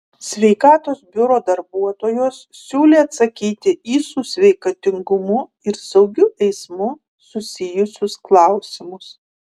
sveikatos biuro darbuotojos siūlė atsakyti į su sveikatingumu ir saugiu eismu susijusius klausimus